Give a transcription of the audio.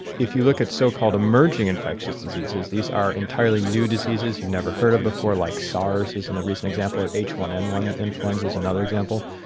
if you looked at so-called emerging infectious diseases, these are entirely new diseases you've never heard of before like sars is and a recent example, or h one n one the influenza is another example,